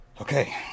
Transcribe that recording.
Okay